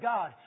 God